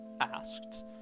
asked